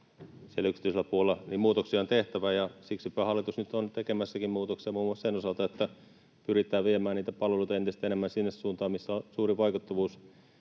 siellä yksityisellä puolella, niin muutoksia on tehtävä. Ja siksipä hallitus nyt onkin tekemässä muutoksia muun muassa sen osalta, että pyritään viemään niitä palveluita entistä enemmän sinne suuntaan, missä on suurin vaikuttavuus.